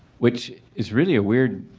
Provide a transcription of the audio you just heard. which is really a weird